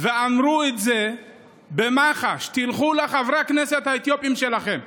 אמרו את זה במח"ש: תלכו לחברי הכנסת האתיופים שלכם,